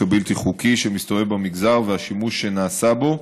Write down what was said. הבלתי-חוקי שמסתובב במגזר ועל השימוש שנעשה בו,